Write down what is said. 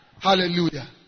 Hallelujah